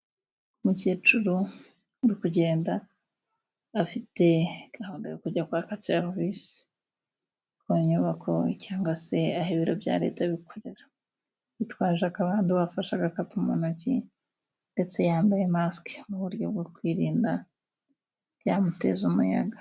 Umukecuru uri kugenda afite gahunda yo kujya kwaka serivisi ku nyubako cyangwa se aho ibiro bya Leta bikorera. Yitwaje akabando afashe agakapu mu ntoki ndetse yambaye masike mu buryo bwo kwirinda ibyamuteza umuyaga.